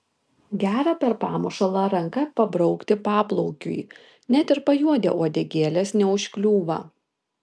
gera per pamušalą ranka pabraukti paplaukiui net ir pajuodę uodegėlės neužkliūva